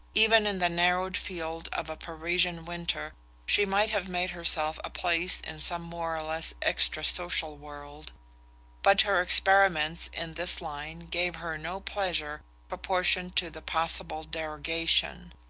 even in the narrowed field of a parisian winter she might have made herself a place in some more or less extra-social world but her experiments in this line gave her no pleasure proportioned to the possible derogation.